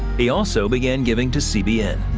he also began giving to cbn.